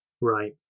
Right